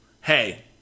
hey